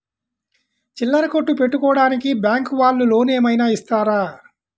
చిల్లర కొట్టు పెట్టుకోడానికి బ్యాంకు వాళ్ళు లోన్ ఏమైనా ఇస్తారా?